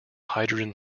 hydrogen